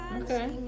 Okay